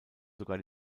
sogar